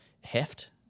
heft